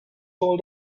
told